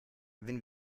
wenn